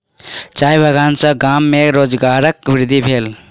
चाय बगान सॅ गाम में रोजगारक वृद्धि भेल